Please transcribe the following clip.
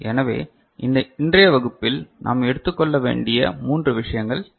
எனவே இன்றைய வகுப்பில் நாம் எடுத்துக் கொள்ள வேண்டிய மூன்று விஷயங்கள் இவை